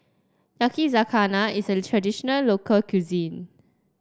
Yakizakana is a traditional local cuisine